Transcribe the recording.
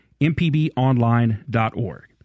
mpbonline.org